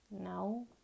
no